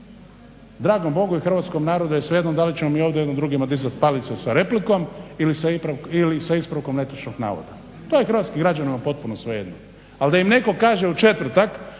Dragom Bogu i hrvatskom narodu je svejedno da li ćemo mi ovdje jedni drugima dizati palicu sa replikom ili sa ispravkom netočnog navoda. To je hrvatskim građanima potpuno svejedno. Ali da im netko kaže u četvrtak